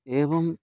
एवम्